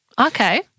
Okay